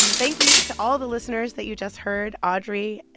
um thank you to all the listeners that you just heard audrey,